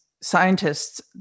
scientists